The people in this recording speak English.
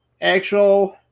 actual